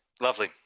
Lovely